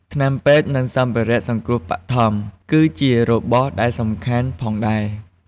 ថ្នាំពេទ្យ និងសម្ភារៈសង្គ្រោះបឋម ក៏ជារបស់ដែលសំខាន់ផងដែរ។